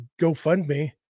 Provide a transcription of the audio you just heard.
GoFundMe